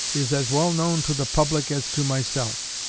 is as well known to the public as to myself